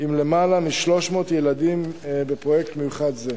עם למעלה מ-300 ילדים בפרויקט מיוחד זה.